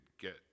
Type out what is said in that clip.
get